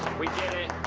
we did it.